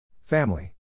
Family